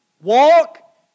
Walk